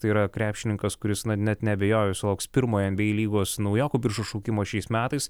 tai yra krepšininkas kuris net neabejoju sulauks pirmojo enbyei lygos naujokų biržos šaukimo šiais metais